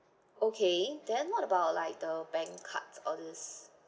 okay then what about like the bank cards all these